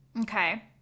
Okay